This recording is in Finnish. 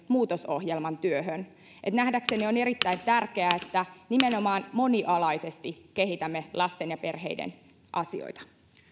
muutosohjelman työhön nähdäkseni on erittäin tärkeää että nimenomaan monialaisesti kehitämme lasten ja perheiden asioita